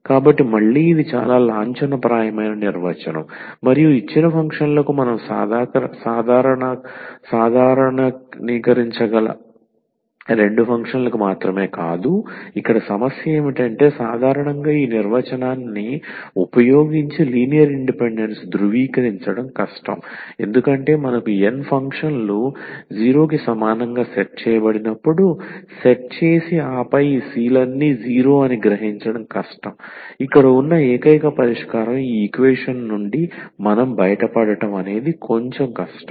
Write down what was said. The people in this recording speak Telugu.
కాబట్టి మళ్ళీ ఇది చాలా లాంఛనప్రాయమైన నిర్వచనం మరియు ఇచ్చిన ఫంక్షన్లకు మనం సాధారణీకరించగల రెండు ఫంక్షన్లకు మాత్రమే కాదు ఇక్కడ సమస్య ఏమిటంటే సాధారణంగా ఈ నిర్వచనాన్ని ఉపయోగించి లీనియర్ ఇండిపెండెన్స్ ధృవీకరించడం కష్టం ఎందుకంటే మనకు n ఫంక్షన్లు 0 కి సమానంగా సెట్ చేయబడినప్పుడు సెట్ చేసి ఆపై ఈ c లన్నీ 0 అని గ్రహించడం కష్టం ఇక్కడ ఉన్న ఏకైక పరిష్కారం ఈ ఈక్వేషన్ నుండి మనం బయటపడటం అనేది కొంచెం కష్టం